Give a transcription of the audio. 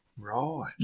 Right